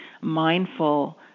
mindful